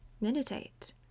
meditate